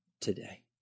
today